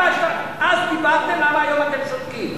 אז דיברתם, היום אתם שותקים.